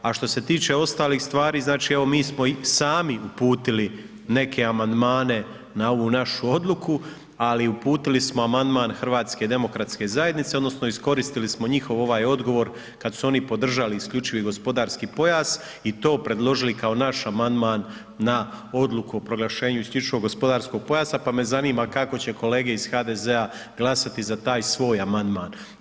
Ovaj, a što se tiče ostalih stvari znači evo mi smo sami uputili neke amandmane na ovu našu odluku, ali uputili smo amandman HDZ-a odnosno iskoristili smo njihov ovaj odgovor kad su oni podržali isključivi gospodarski pojas i to predložili kao naš amandman na odluku o proglašenju isključivog gospodarskog pojasa, pa me zanima kako će kolege iz HDZ-a glasati za taj svoj amandman.